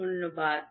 ধন্যবাদ